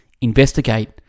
Investigate